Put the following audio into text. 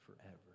forever